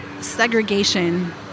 segregation